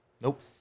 Nope